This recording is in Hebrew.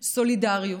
סולידריות,